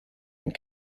and